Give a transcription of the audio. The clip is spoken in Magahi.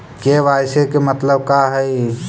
के.वाई.सी के मतलब का हई?